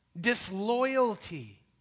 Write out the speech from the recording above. disloyalty